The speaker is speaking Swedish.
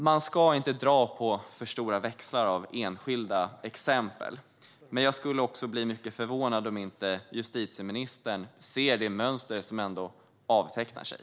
Man ska inte dra stora växlar på enskilda exempel, men jag skulle bli förvånad om inte också justitieministern ser det mönster som avtecknar sig.